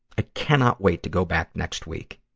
i cannot wait to go back next week.